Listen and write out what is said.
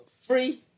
Free